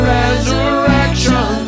resurrection